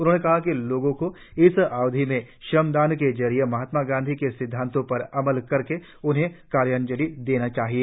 उन्होंने कहा कि लोगों को इस अवधि में श्रमदान के जरिए महात्मा गांधी के सिद्धांतों पर अमल करके उन्हें कार्यांजलि देनी चाहिए